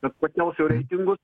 kad pakels jo reitingus